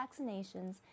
vaccinations